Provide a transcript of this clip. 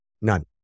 None